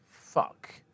fuck